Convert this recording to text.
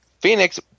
Phoenix